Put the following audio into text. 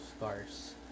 scarce